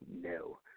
No